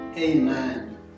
Amen